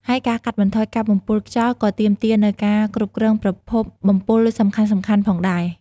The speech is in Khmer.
ហើយការកាត់បន្ថយការបំពុលខ្យល់ក៏ទាមទារនូវការគ្រប់គ្រងប្រភពបំពុលសំខាន់ៗផងដែរ។